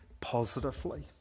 positively